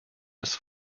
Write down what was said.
this